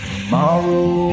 tomorrow